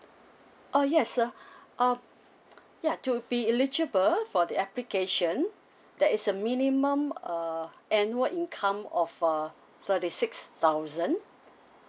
oh yes sir uh ya you'd be eligible for the application that is a minimum uh annual income of a thirty six thousand